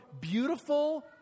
beautiful